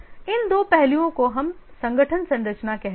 इन दो पहलुओं को हम संगठन संरचना कहते हैं